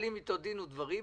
מנהלים אתו דין ודברים,